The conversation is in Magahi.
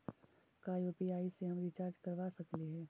का यु.पी.आई से हम रिचार्ज करवा सकली हे?